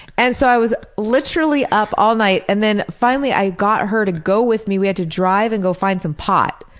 and so i was literally up all night, and finally i got her to go with me, we had to drive and go find some pot.